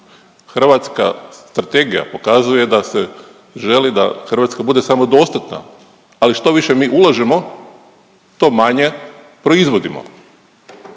Hrvatska strategija pokazuje da se želi da Hrvatska bude samodostatna, ali štoviše mi ulažemo to manje proizvodimo.